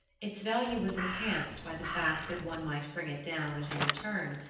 its value was enhanced by the fact that one might bring it down at any turn,